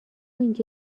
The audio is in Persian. اینجا